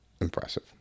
Impressive